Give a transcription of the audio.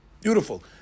Beautiful